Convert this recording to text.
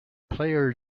player